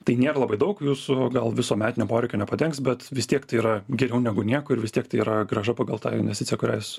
tai nėra labai daug jūsų gal viso metinio poreikio nepadengs bet vis tiek tai yra geriau negu nieko ir vis tiek tai yra grąža pagal tą investiciją kurią jūs